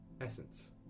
essence